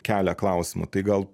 kelia klausimų tai gal